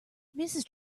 mrs